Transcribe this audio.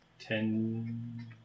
ten